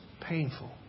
painful